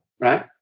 right